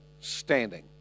standing